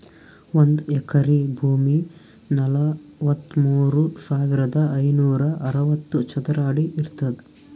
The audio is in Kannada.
ಒಂದ್ ಎಕರಿ ಭೂಮಿ ನಲವತ್ಮೂರು ಸಾವಿರದ ಐನೂರ ಅರವತ್ತು ಚದರ ಅಡಿ ಇರ್ತದ